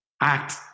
act